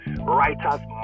writers